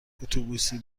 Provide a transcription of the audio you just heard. اتوبوسی